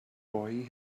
boy